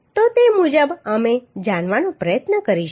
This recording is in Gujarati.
તો તે મુજબ અમે જાણવાનો પ્રયત્ન કરીશું